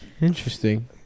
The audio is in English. Interesting